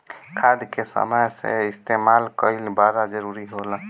खाद के समय से इस्तेमाल कइल बड़ा जरूरी होला